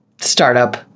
startup